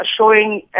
showing